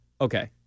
okay